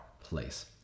place